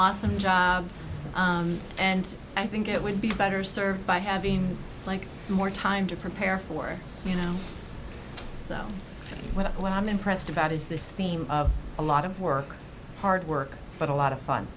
awesome job and i think it would be better served by having like more time to prepare for you know what i'm impressed about is this theme of a lot of work hard work but a lot of fun